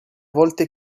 volte